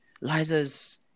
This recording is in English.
Liza's